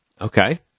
Okay